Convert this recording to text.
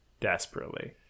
desperately